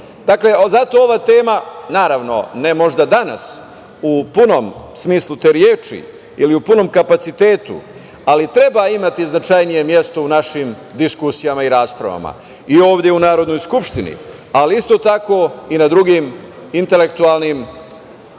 ova tema, naravno, ne možda danas u punom smislu te reči ili u punom kapacitetu, ali treba imati značajnije mesto u našim diskusijama i raspravama i ovde u Narodnoj skupštini, ali isto tako i na drugim intelektualnim